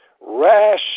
rash